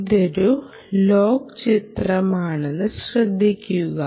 ഇതൊരു ലോഗ് ചിത്രമാണെന്ന് ശ്രദ്ധിക്കുക